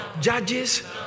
Judges